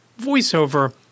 voiceover